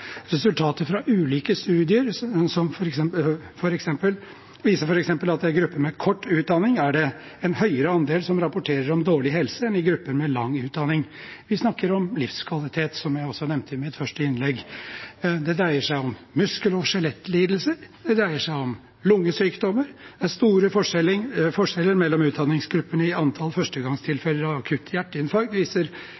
Resultatet fra ulike studier viser f.eks. at det i grupper med kort utdanning er en høyere andel som rapporterer om dårlig helse, enn i grupper med lang utdanning. Vi snakker om livskvalitet, som jeg også nevnte i mitt første innlegg. Det dreier seg om muskel- og skjelettlidelser, og det dreier seg om lungesykdommer. Det er store forskjeller mellom utdanningsgruppene i antall